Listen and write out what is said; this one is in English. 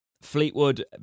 Fleetwood